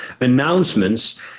announcements